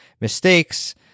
mistakes